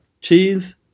cheese